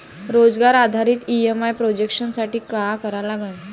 रोजगार आधारित EMI projection साठी का करा लागन?